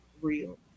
real